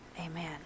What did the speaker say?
amen